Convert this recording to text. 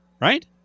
right